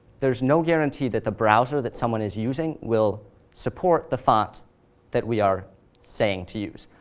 there's no guarantee that the browser that someone is using will support the font that we are saying to use.